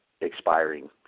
expiring